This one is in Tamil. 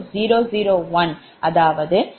அதாவது இது உங்கள்ATA